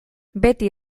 beti